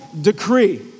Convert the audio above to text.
decree